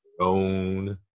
own